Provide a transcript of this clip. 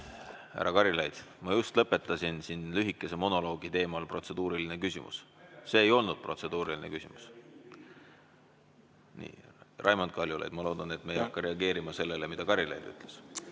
Härra Karilaid! Ma just lõpetasin lühikese monoloogi protseduurilise küsimuse teemal. See ei olnud teil protseduuriline küsimus. Raimond Kaljulaid, ma loodan, et me ei hakka reageerima sellele, mida Karilaid ütles.